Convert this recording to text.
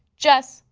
jess,